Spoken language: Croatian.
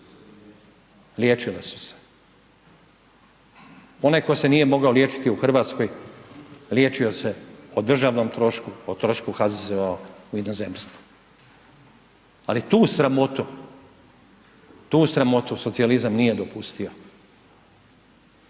Liječila su se. Onaj tko se nije mogao liječiti u Hrvatskoj, liječio se o državnom trošku, o trošku HZZO-a u inozemstvu. Ali tu sramotu, tu sramotu socijalizam nije dopustio.